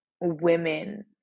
women